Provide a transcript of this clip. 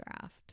draft